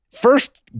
first